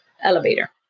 elevator